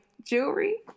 jewelry